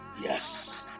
yes